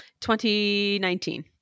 2019